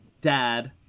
dad